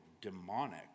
demonic